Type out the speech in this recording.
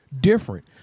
different